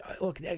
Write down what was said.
Look